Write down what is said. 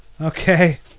Okay